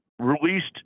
released